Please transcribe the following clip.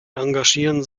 engagierten